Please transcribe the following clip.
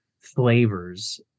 flavors